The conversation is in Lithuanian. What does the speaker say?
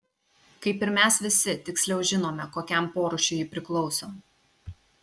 kaip ir mes visi tiksliau žinome kokiam porūšiui ji priklauso